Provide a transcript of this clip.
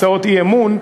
הצעות אי-אמון,